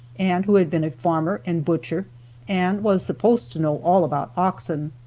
and who had been a farmer and butcher and was supposed to know all about oxen.